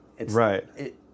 Right